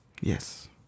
Yes